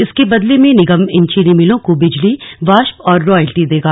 इसके बदले में निगम इन चीनी मिलों को बिजली वाष्प और रॉयल्टी देगा